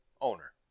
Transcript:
owner